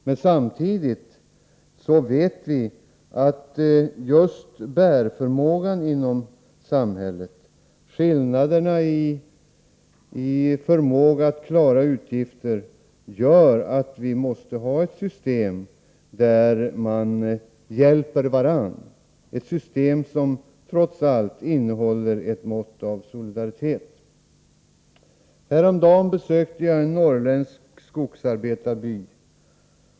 Men samtidigt vet vi att just bärförmågan inom samhället, skillnaderna i förmåga att klara utgifter, gör att vi måste ha ett system där man hjälper varandra, ett system som trots allt innehåller ett mått av solidaritet. Häromdagen besökte jag en norrländsk skogsarbetarby.